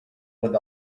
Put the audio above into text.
with